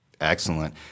Excellent